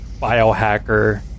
biohacker